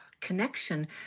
connection